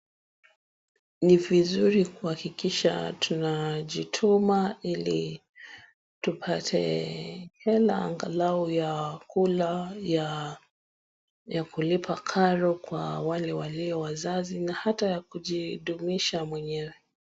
Ni vizuri kuhakikisha watu tunajituma ilitupate hera angalao ya kula ya kulipa karo kwa wale walio wazazi na hata kujihudumisha mwenyewe.